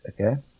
Okay